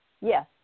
Yes